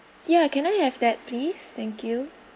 ya can I have that please thank you